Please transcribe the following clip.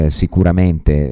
sicuramente